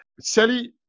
Sally